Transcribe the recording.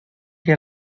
que